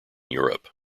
europe